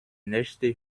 nächste